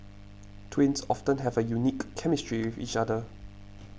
twins often have a unique chemistry each other